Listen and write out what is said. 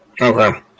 Okay